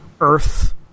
earth